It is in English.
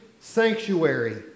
sanctuary